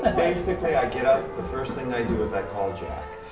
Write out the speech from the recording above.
but basically, i get up, the first thing i do is i call jack.